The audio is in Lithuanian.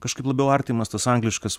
kažkaip labiau artimas tas angliškas